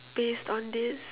based on this